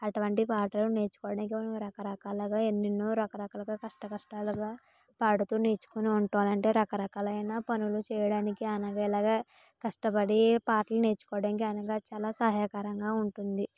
అటువంటి పాటలు నేర్చుకునేకి రకరకాలగా ఎన్నో రకరకాల కష్ట కష్టాలుగా పాడుతూ నేర్చుకొని ఉంటాం అంటే రకరకాలైన పనులు చేయడానికి అనగా ఎలాగ కష్టపడి పాటలు నేర్చుకోవడానికి అనగా చాలా సహాయకరంగా ఉంటుంది